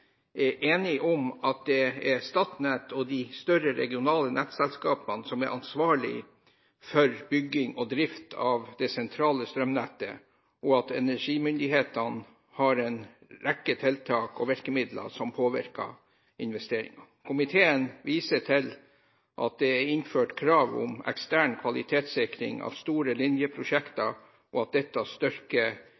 er enig om at det er Statnett og de større regionale nettselskapene som er ansvarlig for bygging og drift av det sentrale strømnettet, og at energimyndighetene har en rekke tiltak og virkemidler som påvirker investeringene. Komiteen viser til at det er innført krav om ekstern kvalitetssikring av store